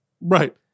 right